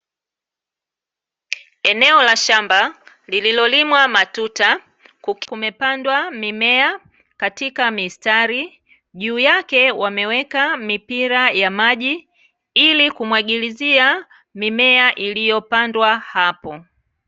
Eneo la shamba lililolimwa matuta, kumepandwa mimea katika mistari. Juu yake wameweka mipira ya maji ili kumwagilizia mimea iliyopandwa hapo.